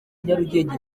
nyarugenge